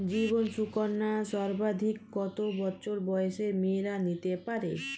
জীবন সুকন্যা সর্বাধিক কত বছর বয়সের মেয়েরা নিতে পারে?